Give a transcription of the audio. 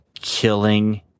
killing